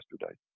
yesterday